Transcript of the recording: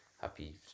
Happy